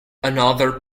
another